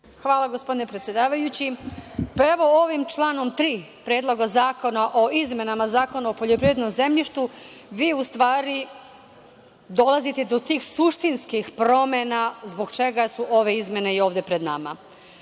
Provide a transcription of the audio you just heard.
Hvala gospodine predsedavajući. Ovim članom 3. predloga zakona o izmenama Zakona o poljoprivrednom zemljištu, vi u stvari dolazite do tih suštinskih promena, zbog čega su i ove izmene pred